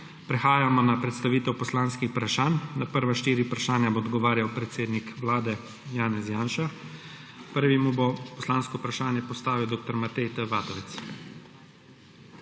Prehajamo na predstavitev poslanskih vprašanj. Na prvi štiri vprašanja bo odgovarjal predsednik Vlade Janez Janša. Prvi mu bo poslansko vprašanje predstavil dr. Matej T. Vatovec.